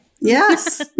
Yes